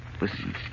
Listen